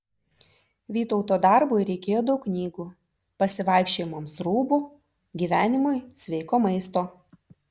vytauto darbui reikėjo daug knygų pasivaikščiojimams rūbų gyvenimui sveiko maisto